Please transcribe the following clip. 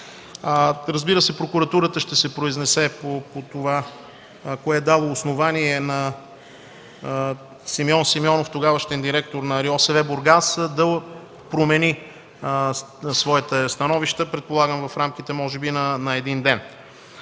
Разбира се, прокуратурата ще се произнесе кое е дало основание на Симеон Симеонов, тогавашен директор на РИОСВ – Бургас, да промени своите становища, предполагам, в рамките може би на един ден.